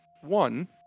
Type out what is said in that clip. One